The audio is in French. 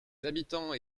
habitants